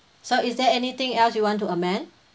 so is there anything else you want to amend